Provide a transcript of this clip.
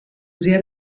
sehr